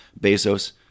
Bezos